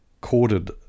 corded